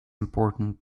important